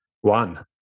one